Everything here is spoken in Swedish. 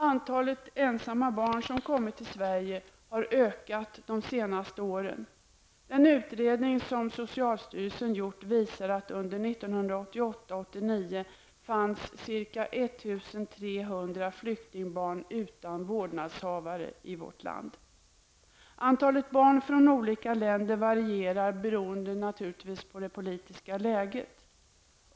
Antalet ensamma barn som kommit till Sverige har ökat de senaste åren. Den utredning som socialstyrelsen har gjort visar att det under 1988 och Antalet barn från olika länder varierar beroende på det politiska läget.